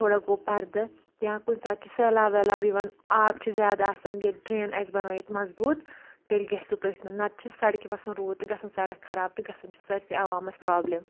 تھوڑا گوٚو پَردٕ یا کُنہِ ساتہٕ چھ سیلاب ویلاب یِوان آب چھُ زیادٕ آسان ییٚلہِ ڈرٛین آسہِ بَنٲیِتھ مضبوٗط تیٚلہِ گژھِ سُہ تٔتھۍ منٛز نَتہٕ چھ سڑکہِ وَسان روٗد تہٕ گژھان چھ سڑک خَراب تہٕ گژھان چھُ سٲرسٕے عَوامس پرابلِم